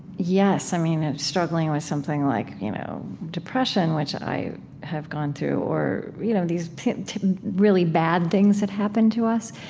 yes, i mean, it's struggling with something like you know depression, which i have gone through, or you know these really bad things that happen to us,